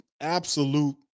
absolute